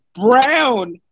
brown